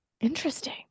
Interesting